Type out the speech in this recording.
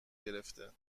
گرفته